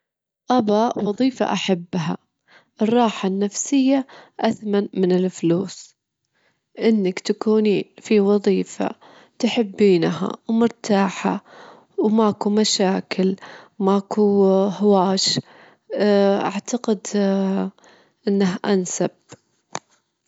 أحب إني استكشف المحيط، ما أحب الفظا، المحيط به أسرار وبه كائنات بحرية، كائنات أحيانًا ما نعرف عنها شي، وأعتقد أحيانًا يخطر ببالي إنه في عوالم مخفية في المحيط بحاجة إننا نستكشفها.